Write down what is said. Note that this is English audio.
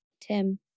Tim